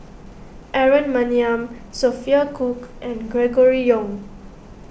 Aaron Maniam Sophia Cooke and Gregory Yong